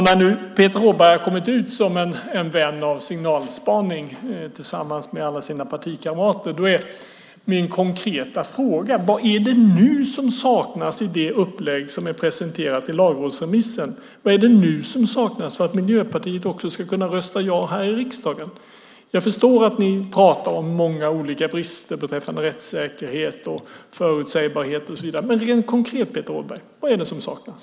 När nu Peter Rådberg tillsammans med alla sina partikamrater har kommit ut som en vän av signalspaning är min konkreta fråga: Vad är det som saknas i det upplägg som är presenterat i lagrådsremissen för att Miljöpartiet också ska kunna rösta ja här i riksdagen? Jag förstår att ni pratar om många olika brister beträffande rättssäkerhet, förutsägbarhet och så vidare. Men rent konkret, Peter Rådberg, vad är det som saknas?